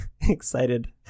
excited